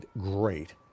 great